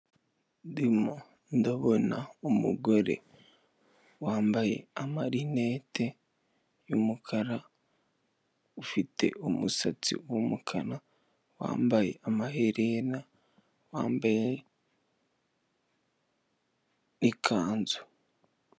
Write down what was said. Ndimo ndabona umugore wambaye amarinete y'umukara, ufite umusatsi w'umukara wambaye amaherena wambaye n'ikanzu.